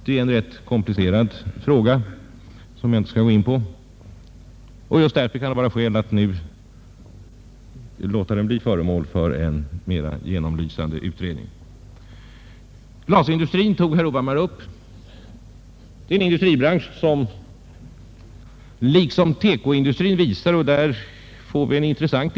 Det är en rätt komplicerad fråga som jag inte skall gå in på; det kan vara skäl att nu låta den bli föremål för en mera genomlysande utredning. Också den manuella glasindustrin tog herr Hovhammar upp. Det är en industribransch som liksom TEKO-industrin har speciella svårigheter.